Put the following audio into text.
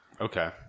Okay